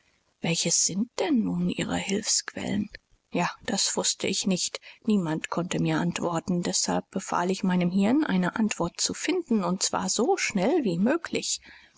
welches sind denn nun ihre hilfsquellen ja das wußte ich nicht niemand konnte mir antworten deshalb befahl ich meinem hirn eine antwort zu finden und zwar so schnell wie möglich